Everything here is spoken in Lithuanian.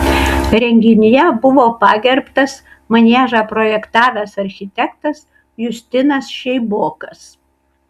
renginyje buvo pagerbtas maniežą projektavęs architektas justinas šeibokas